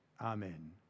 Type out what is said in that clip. Amen